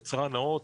יצרן נאות,